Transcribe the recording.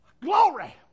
Glory